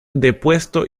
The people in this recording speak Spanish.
depuesto